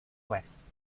west